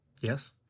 Yes